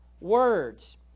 words